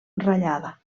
ratllada